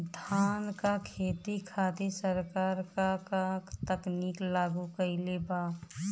धान क खेती खातिर सरकार का का तकनीक लागू कईले बा?